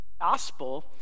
gospel